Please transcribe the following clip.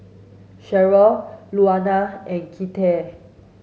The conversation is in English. Cheryll Louanna and Kinte